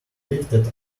lifted